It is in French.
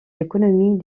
l’économie